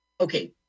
Okay